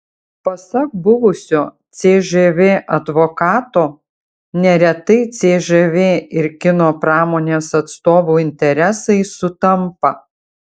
pasak buvusio cžv advokato neretai cžv ir kino pramonės atstovų interesai sutampa